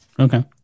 Okay